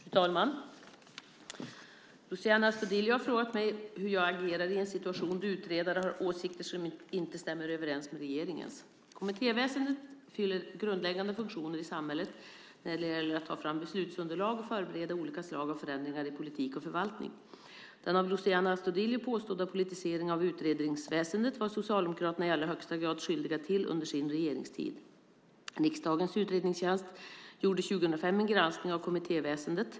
Fru talman! Luciano Astudillo har frågat mig hur jag agerar i en situation då utredare har åsikter som inte stämmer överens med regeringens. Kommittéväsendet fyller grundläggande funktioner i samhället när det gäller att ta fram beslutsunderlag och förbereda olika slag av förändringar i politik och förvaltning. Den av Luciano Astudillo påstådda politiseringen av utredningsväsendet var Socialdemokraterna i allra högsta grad skyldiga till under sin regeringstid. Riksdagens utredningstjänst gjorde 2005 en granskning av kommittéväsendet.